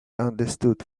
understood